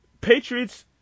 Patriots